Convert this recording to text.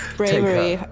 bravery